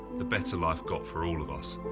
the better life got for all of us.